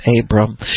Abram